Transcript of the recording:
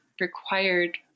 required